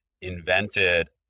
invented